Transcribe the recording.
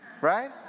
right